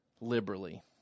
liberally